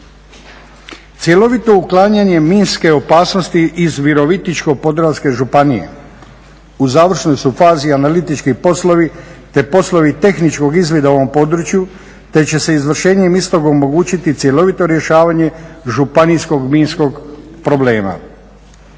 Cjelovito uklanjanje minske opasnosti iz Virovitičko-podravske županije, u završnoj su fazi analitički poslovi, te poslovi tehničkog izvida u ovom području te će se izvršenjem istog omogućiti cjelovito rješavanje županijskog minskog problema.